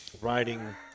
riding